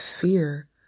fear